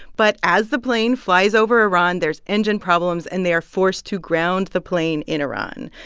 but as the plane flies over iran, there's engine problems and they are forced to ground the plane in iran.